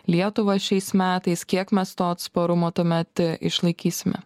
lietuvą šiais metais kiek mes to atsparumo tuomet išlaikysime